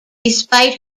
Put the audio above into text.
despite